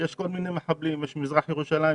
יש כל מיני מחבלים יש מזרח ירושלים,